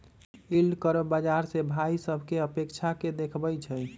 yield curve बाजार से भाइ सभकें अपेक्षा के देखबइ छइ